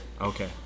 okay